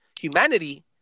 humanity